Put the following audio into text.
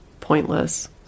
pointless